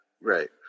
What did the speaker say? Right